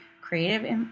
creative